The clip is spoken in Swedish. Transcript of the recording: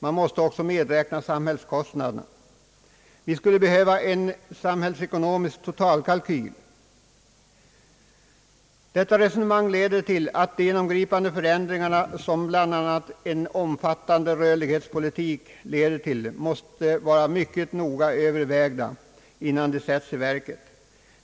Man måste också räkna med samhällskostnader. Vi skulle behöva en samhällsekonomisk totalkalkyl. Detta resonemang leder till att de genomgripande förändringar, som bl.a. en omfattande rörlighetspolitik leder till, måste vara mycket noggrant övervägda innan de sätts i verket.